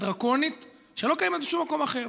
דרקונית שלא קיימת בשום מקום אחר.